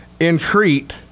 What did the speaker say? entreat